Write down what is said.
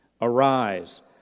Arise